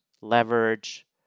Leverage